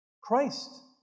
Christ